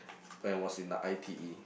when was in the I_T_E